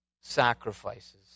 sacrifices